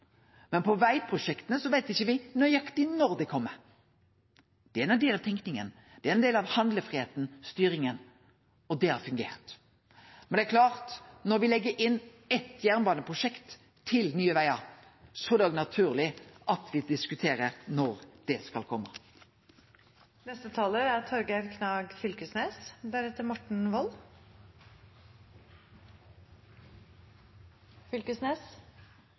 Men på vegprosjekta veit ikkje me nøyaktig når det kjem. Det er ein del av tenkinga. Det er ein del av handlefridomen, styringa, og det har fungert. Men det er klart at når me legg inn eitt jernbaneprosjekt til Nye Vegar, er det naturleg at me diskuterer når det skal kome. Som «Fylkesnes» er